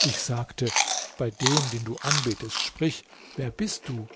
ich sagte bei dem den du anbetest sprich wer bist du